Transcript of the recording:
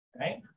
right